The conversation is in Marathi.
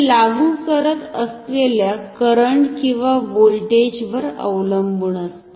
हे लागु करत असलेल्या करंट किंवा व्होल्टेज वर अवलंबुन असते